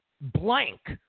blank